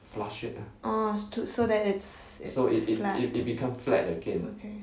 ah so that it's it's flat okay